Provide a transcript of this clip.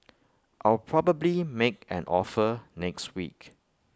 I'll probably make an offer next week